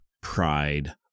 pride